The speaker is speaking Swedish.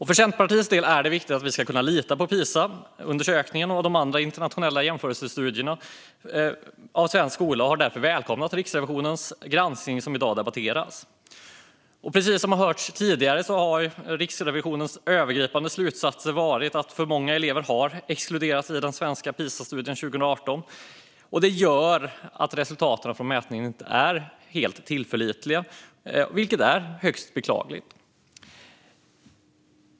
För Centerpartiet är det viktigt att kunna lita på Pisaundersökningen och de andra internationella jämförelsestudierna av svensk skola. Därför har vi välkomnat Riksrevisionens granskning som i dag debatteras. Precis som vi har hört tidigare har Riksrevisionens övergripande slutsatser varit att för många elever har exkluderats i den svenska Pisaundersökningen 2018. Det gör att resultaten från mätningen inte är helt tillförlitliga, vilket är högst beklagligt.